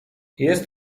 jest